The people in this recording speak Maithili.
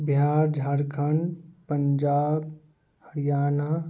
बिहार झारखण्ड पंजाब हरियाणा